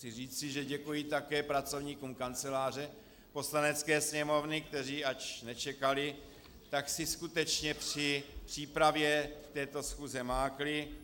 Chci říci, že děkuji také pracovníkům Kanceláře Poslanecké sněmovny, kteří, až nečekali, tak si skutečně při přípravě této schůze mákli.